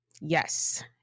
Yes